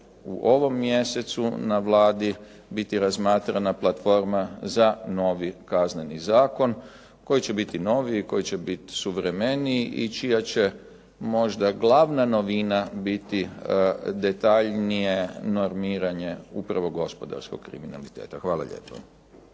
u ovom mjesecu na Vladi biti razmatrana platforma za novi Kazneni zakon koji će biti novi i koji će biti suvremeniji i čija će možda glavna novina biti detaljnije normiranje upravo gospodarskog kriminaliteta. Hvala lijepo.